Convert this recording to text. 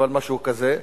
אבל משהו כזה.